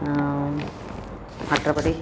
மற்றபடி